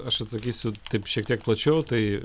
aš atsakysiu taip šiek tiek plačiau tai